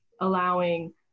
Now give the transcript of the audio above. allowing